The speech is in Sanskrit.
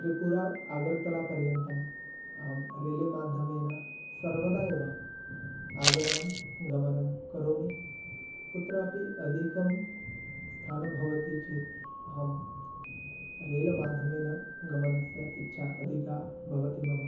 त्रिपुरा अगर्तलापर्यन्तम् अहं रेलमाध्यमेन सर्वदा एव आगमनं गमनं करोमि कुत्रापि अधिकं स्थानं भवति चेत् अहं रेल्माध्यमेन गमनस्य इच्छा अधिका भवति मम